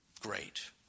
Great